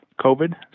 COVID